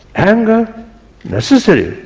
anger necessary,